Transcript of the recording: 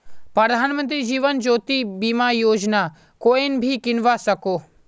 प्रधानमंत्री जीवन ज्योति बीमा योजना कोएन भी किन्वा सकोह